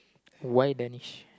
why Danish